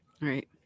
Right